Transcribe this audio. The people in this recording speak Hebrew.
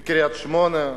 בקריית-שמונה,